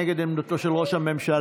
נגד עמדתו של ראש הממשלה.